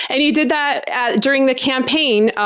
and he did that during the campaign,